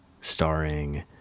Starring